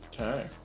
okay